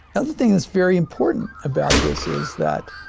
other thing that's very important about this is that